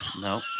No